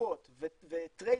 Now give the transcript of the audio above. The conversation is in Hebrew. לקוחות וטריידרים,